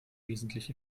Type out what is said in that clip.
wesentlich